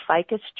ficus